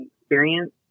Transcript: experience